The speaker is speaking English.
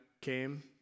came